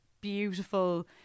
beautiful